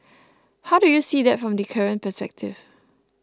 how do you see that from the current perspective